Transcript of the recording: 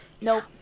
Nope